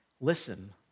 listen